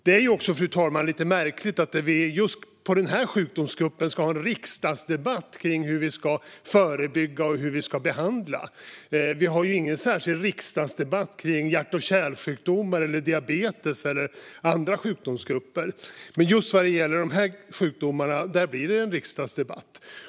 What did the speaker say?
Det är också lite märkligt att vi just för den här sjukdomsgruppen ska ha en riksdagsdebatt om hur vi ska förebygga och behandla. Vi har ju ingen särskild riksdagsdebatt om hjärt-kärlsjukdomar, diabetes eller andra sjukdomsgrupper. Men just när det gäller de här sjukdomarna blir det en riksdagsdebatt.